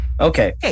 Okay